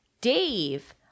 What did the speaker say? Dave